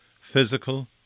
physical